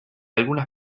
algunas